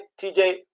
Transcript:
tj